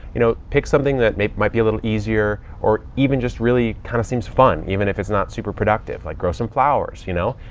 you know, pick something that might be a little easier or even just really kind of seems fun. even if it's not super productive. like grow some flowers, you know,